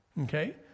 okay